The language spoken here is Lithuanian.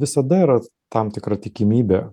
visada yra tam tikra tikimybė